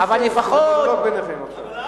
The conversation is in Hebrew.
ביניכם עכשיו,